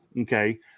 okay